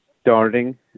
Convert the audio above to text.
starting